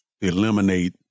eliminate